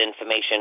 information